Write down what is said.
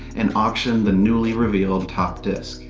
and auction the newly revealed top disc.